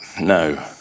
No